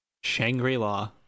Shangri-La